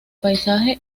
paisaje